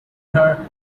her